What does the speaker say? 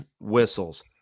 whistles